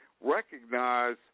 recognize